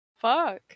Fuck